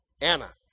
Anna